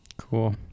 Cool